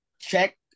Check